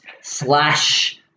slash